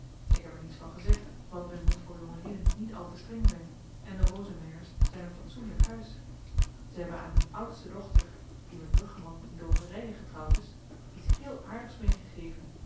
ik heb er niets van gezegd want men moet voor jongelieden niet al te streng zyn en de rosemeyers zyn een fatsoenlyk huis ze hebben aan hun oudste dochter die met bruggeman in drogeryen getrouwd is iets heel aardigs meegegeven